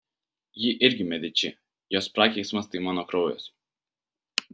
ji irgi mediči jos prakeiksmas tai mano kraujas